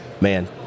man